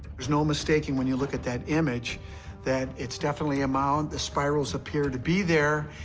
there's no mistaking when you look at that image that it's definitely a mound. the spirals appear to be there.